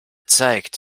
zeigt